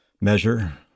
measure